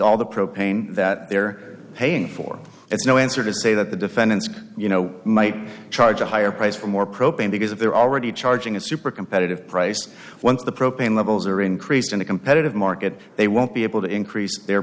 all the propane that they're paying for it's no answer to say that the defendants you know might charge a higher price for more propane because if they're already charging a super competitive price once the propane levels are increased in a competitive market they won't be able to increase their